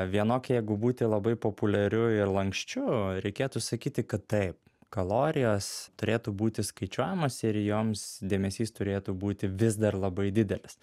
vienokia jeigu būti labai populiariu ir lanksčiu reikėtų sakyti kad taip kalorijos turėtų būti skaičiuojamos ir joms dėmesys turėtų būti vis dar labai didelis